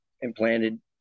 implanted